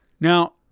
Now